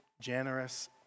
generous